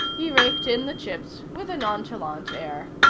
he raked in the chips with a nonchalant air.